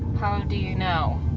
how um do you know?